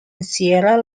sierra